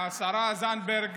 השרה זנדברג